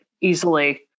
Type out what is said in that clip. easily